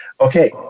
Okay